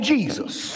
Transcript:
Jesus